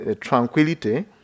tranquility